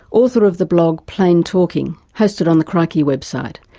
author sort of the blog, plane talking, hosted on the crikey website.